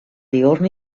diürn